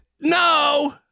No